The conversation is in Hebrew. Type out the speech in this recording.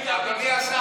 אדוני השר,